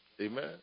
Amen